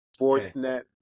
Sportsnet